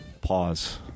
pause